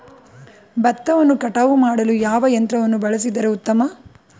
ಭತ್ತವನ್ನು ಕಟಾವು ಮಾಡಲು ಯಾವ ಯಂತ್ರವನ್ನು ಬಳಸಿದರೆ ಉತ್ತಮ?